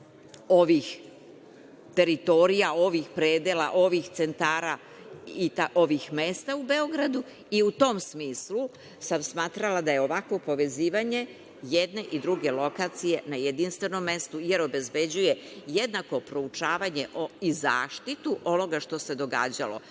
ovih teritorija, ovih predela, ovih centara i ovih mesta u Beogradu. U tom smislu sam smatrala da je potrebno ovakvo povezivanje jedne i druge lokacije na jedinstvenom mestu, jer obezbeđuje jednako proučavanje i zaštitu onoga što se događalo